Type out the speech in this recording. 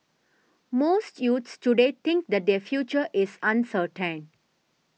most youths today think that their future is uncertain